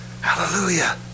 Hallelujah